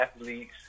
athletes